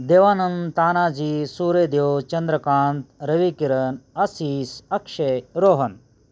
Devanand Tanaji Suryadev Chandrakant Ravikiran Ashish Akshay Rohan